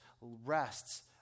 rests